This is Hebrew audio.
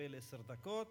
יקבל עשר דקות,